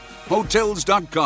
Hotels.com